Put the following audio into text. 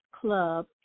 club